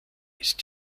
ist